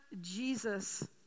Jesus